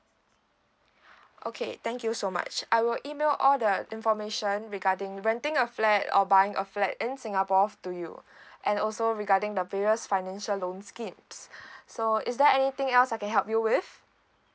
okay thank you so much I will email all the information regarding renting a flat or buying a flat in singapore to you and also regarding the various financial loan schemes so is there anything else I can help you with